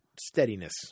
steadiness